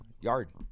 yard